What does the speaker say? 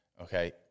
Okay